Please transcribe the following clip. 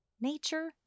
Nature